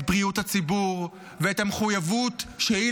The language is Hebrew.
את בריאות הציבור ואת המחויבות שהיא